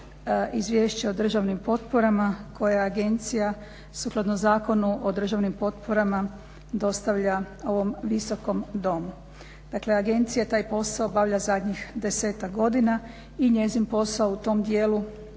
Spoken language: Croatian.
izvješće o državnim potporama koje je agencija sukladno Zakonu o državnim potporama dostavlja ovom visokom domu. Dakle agencija taj posao obavlja zadnjih desetak godina i njezin posao u tom djelu